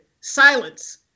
silence